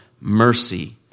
mercy